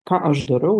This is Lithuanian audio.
ką aš darau